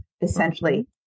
essentially